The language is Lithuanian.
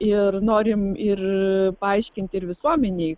ir norim ir paaiškinti ir visuomenei